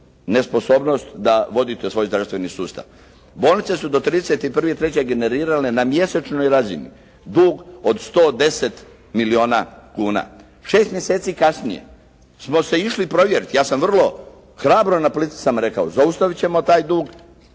nesposobnost da vodite svoj zdravstveni sustav. Bolnice su do 31.3. generirale na mjesečnoj razini dug od 110 milijuna kuna. Šest mjeseci kasnije smo se išli provjeriti, ja sam vrlo hrabro na Plitvicama rekao. Zaustavit ćemo taj dug